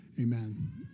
Amen